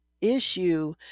issue